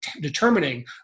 determining